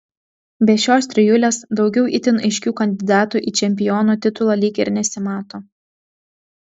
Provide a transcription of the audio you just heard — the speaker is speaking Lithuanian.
be šios trijulės daugiau itin aiškių kandidatų į čempiono titulą lyg ir nesimato